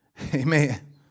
Amen